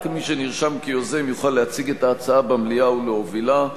רק מי שנרשם כיוזם יוכל להציג את ההצעה במליאה ולהובילה.